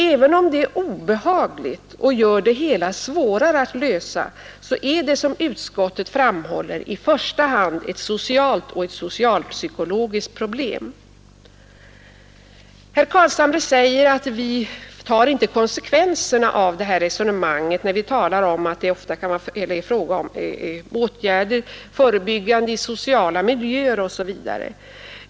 Även om det är obehagligt och gör problemet svårare att lösa så gäller det som utskottet framhåller i första hand ett socialt och ett socialpsykologiskt problem. Herr Carlshamre säger att utskottsmajoriteten inte tar konsekvenserna av resonemanget när vi talar om att det ofta kan vara fråga om förebyggande åtgärder i sociala miljöer osv.